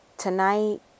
Tonight